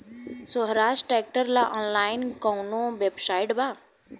सोहराज tractor ला online कोउन website बा?